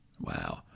Wow